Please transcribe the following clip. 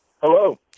hello